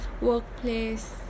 workplace